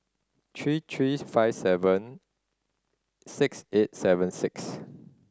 three three five seven six eight seven six